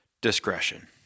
discretion